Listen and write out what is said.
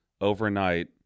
overnight